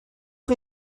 chi